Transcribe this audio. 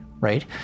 right